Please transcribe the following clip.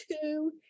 two